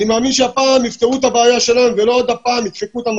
אני מאמין שהפעם יפתרו את הבעיה שלהם ולא עוד פעם ידחפו אותם